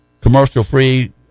commercial-free